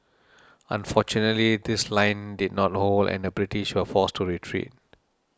unfortunately this line did not hold and the British were forced to retreat